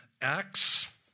Acts